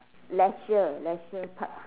leisure leisure park